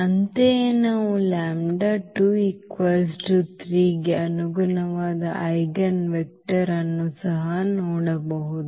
ಅಂತೆಯೇ ನಾವು ಗೆ ಅನುಗುಣವಾದ ಐಜೆನ್ವೆಕ್ಟರ್ ಅನ್ನು ಸಹ ನೋಡಬಹುದು